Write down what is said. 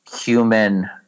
human